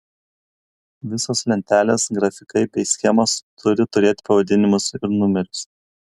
visos lentelės grafikai bei schemos turi turėti pavadinimus ir numerius